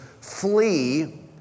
flee